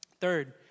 Third